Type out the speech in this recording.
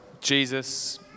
Jesus